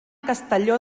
castelló